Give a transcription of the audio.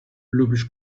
lubisz